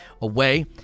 away